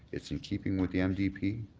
it's in keeping with the and